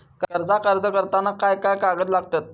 कर्जाक अर्ज करताना काय काय कागद लागतत?